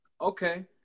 Okay